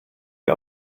wir